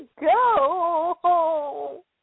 go